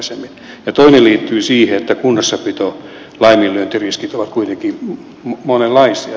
ja toinen liittyy siihen että kunnossapitolaiminlyöntiriskit ovat kuitenkin monenlaisia